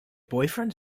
boyfriend